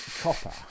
copper